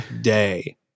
day